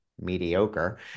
mediocre